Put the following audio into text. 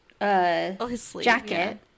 jacket